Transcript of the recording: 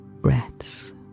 breaths